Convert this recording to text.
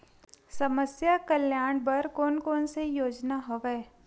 समस्या कल्याण बर कोन कोन से योजना हवय?